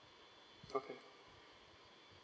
okay